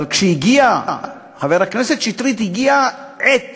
אבל, חבר הכנסת שטרית, כשהגיעה העת